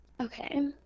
Okay